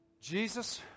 Jesus